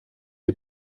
die